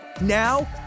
Now